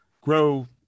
grow